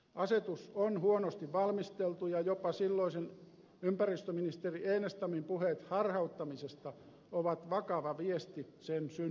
asetus on huonosti valmisteltu ja jopa silloisen ympäristöministeri enestamin puheet harhauttamisesta ovat vakava viesti sen synnystä